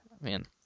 Man